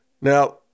Now